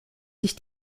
sich